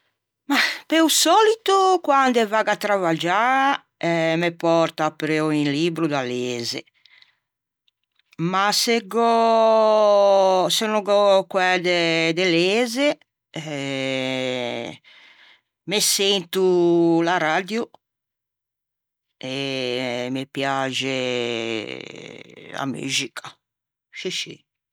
Eh pe-o sòlito quande vaggo à travaggiâ me pòrto un libbro da leze ma se gh'ò se no gh'ò coæ de leze eh me sento l'araddio e me piaxe a muxica scì scì.